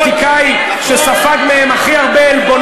הליכוד של מנחם בגין כבר מת מזמן,